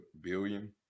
billion